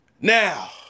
Now